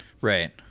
Right